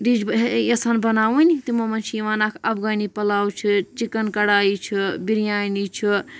dish یَژھان بَناوٕنۍ تِمو منٛز چھِ یِوان اَکھ اَفغٲنی پَلاو چھِ چِکَن کَڑایی چھُ بِریانی چھُ